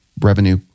revenue